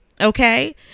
Okay